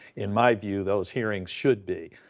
in my view, those hearings should be.